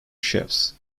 chefs